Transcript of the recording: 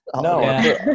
no